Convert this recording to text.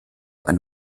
eine